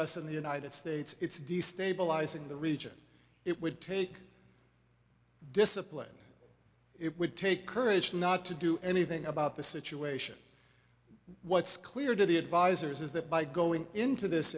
us in the united states it's destabilizing the region it would take discipline it would take courage not to do anything about the situation what's clear to the advisers is that by going into this